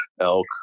elk